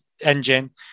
engine